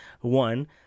one